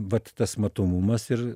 vat tas matomumas ir